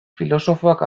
filosofoak